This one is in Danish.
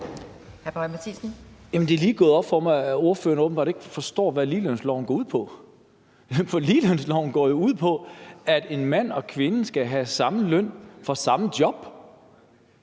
Det er lige gået op for mig, at ordføreren åbenbart ikke forstår, hvad ligelønsloven går ud på. For ligelønsloven går jo ud på, at en mand og en kvinde skal have samme løn for samme job.